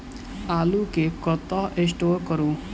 आलु केँ कतह स्टोर करू?